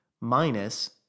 minus